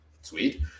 sweet